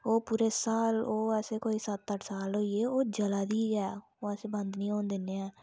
ओह् पूरे साल ओह् अस कोई सत्त अट्ठ साल होई गे ओह् जला दी ऐ ओह् अस बंद नी होन दिन्ने आं